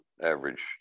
average